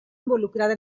involucrada